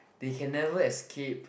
they can never escape